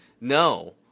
No